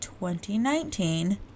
2019